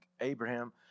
Abraham